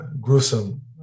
gruesome